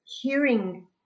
hearing